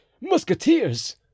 musketeers